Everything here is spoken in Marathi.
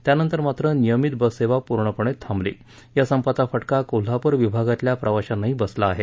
त्यानंतर मात्र नियमित बस सेवा पूर्णपणे थांबली आहे या संपाचा फटका कोल्हापूर विभागातल्या प्रवाशांनाही बसला आहे